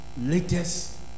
latest